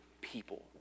people